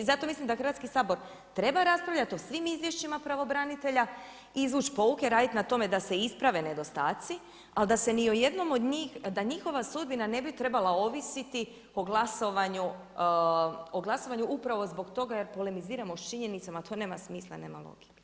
I zato mislim da Hrvatski sabor treba raspravljati o svim izvješenima o pravobraniteljima i izvući pouke i raditi na tome da se isprave nedostaci, ali da se ni o jednom od njih, da njihova sudbina ne bi trebala ovisiti o glasovanju upravo zbog toga jer polemiziramo činjenicu, a to nema smisla, nema logike.